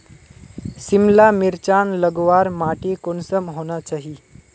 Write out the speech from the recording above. सिमला मिर्चान लगवार माटी कुंसम होना चही?